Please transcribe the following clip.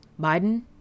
Biden